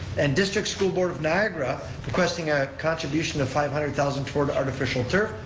and district school board of niagara requesting a contribution of five hundred thousand toward the artificial turf,